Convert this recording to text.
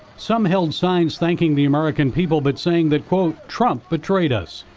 some held signs thanking the american people but saying that, quote, trump betrayed us.